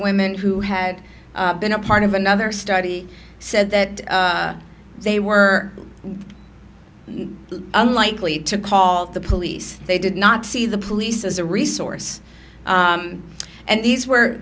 women who had been a part of another study said that they were unlikely to call the police they did not see the police as a resource and these